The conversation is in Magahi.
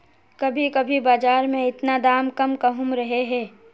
कभी कभी बाजार में इतना दाम कम कहुम रहे है?